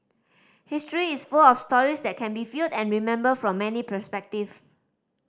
history is full of stories that can be viewed and remembered from many perspective